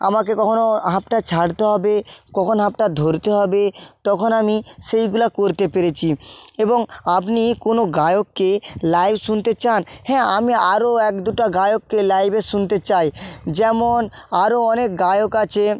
আমাকে কখনও হাঁপটা ছাড়তে হবে কখন হাঁপটা ধরতে হবে তখন আমি সেইগুলো করতে পেরেছি এবং আপনি কোনো গায়ককে লাইভ শুনতে চান হ্যাঁ আমি আরও এক দুটো গায়ককে লাইভে শুনতে চাই যেমন আরও অনেক গায়ক আছে